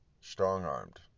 strong-armed